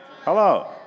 Hello